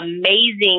amazing